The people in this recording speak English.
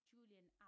Julian